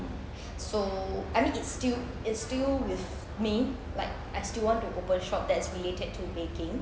so I mean it's still it's still with me like I still want to open a shop that is related to baking